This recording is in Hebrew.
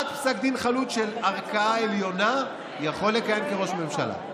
עד פסק דין חלוט של ערכאה עליונה יכול לכהן כראש ממשלה.